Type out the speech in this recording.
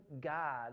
God